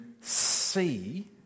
see